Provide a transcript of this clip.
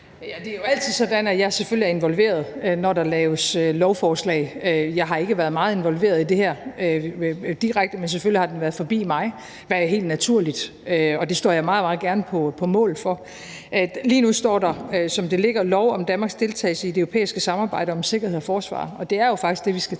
Det er jo altid sådan, at jeg selvfølgelig er involveret, når der laves lovforslag. Jeg har ikke været meget involveret i det her direkte, men selvfølgelig har det været forbi mig, hvad er helt naturligt, og det står jeg meget, meget gerne på mål for. Lige nu står der, som det ligger: lov om Danmarks deltagelse i det europæiske samarbejde om sikkerhed og forsvar. Det er jo faktisk det, vi skal tage